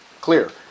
Clear